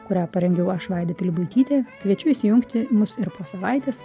kurią parengiau aš vaida pilibaitytė kviečiu įsijungti mus ir po savaitės